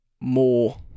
more